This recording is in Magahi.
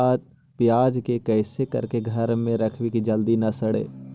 प्याज के कैसे करके घर में रखबै कि जल्दी न सड़ै?